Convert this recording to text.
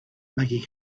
making